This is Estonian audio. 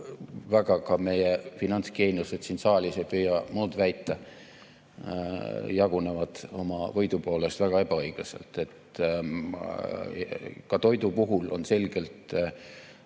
väga ka meie finantsgeeniused siin saalis ei püüa muud väita, jagunevad oma võidu poolest väga ebaõiglaselt. Ka toidu puhul on selgelt